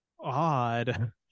odd